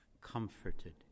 comforted